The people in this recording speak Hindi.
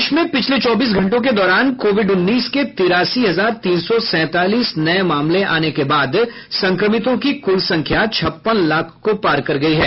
देश में पिछले चौबीस घंटों के दौरान कोविड उन्नीस के तिरासी हजार तीन सौ सैंतालीस नये मामले आने के बाद संक्रमितों की कुल संख्या छप्पन लाख को पार कर गई है